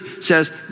says